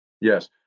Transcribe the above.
Yes